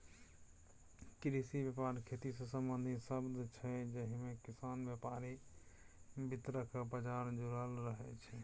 कृषि बेपार खेतीसँ संबंधित शब्द छै जाहिमे किसान, बेपारी, बितरक आ बजार जुरल रहय छै